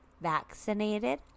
vaccinated